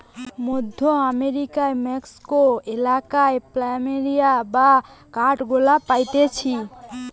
মধ্য আমেরিকার মেক্সিকো এলাকায় প্ল্যামেরিয়া বা কাঠগোলাপ পাইতিছে